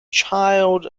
child